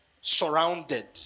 surrounded